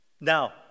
Now